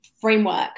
framework